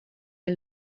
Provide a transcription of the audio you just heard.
day